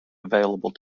available